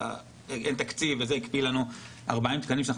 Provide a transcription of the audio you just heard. אין תקציב וזה הקפיא לנו 40 תקנים שאנחנו